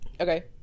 Okay